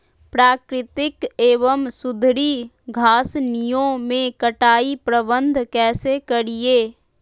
प्राकृतिक एवं सुधरी घासनियों में कटाई प्रबन्ध कैसे करीये?